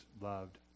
loved